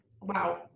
Wow